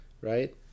right